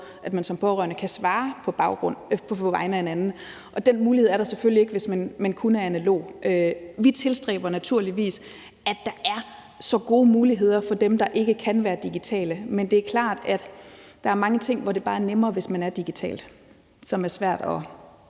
at man som pårørende kan svare på vegne af en anden. Den mulighed er der selvfølgelig ikke, hvis man kun er analog. Vi tilstræber naturligvis, at der er så gode muligheder som muligt til dem, der ikke kan være digitale, men det er klart, at der er mange ting, hvor det bare er nemmere, hvis man er digital, og som det er svært at